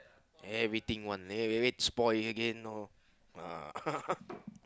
then everything one everything spoil one okay